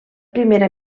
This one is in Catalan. primera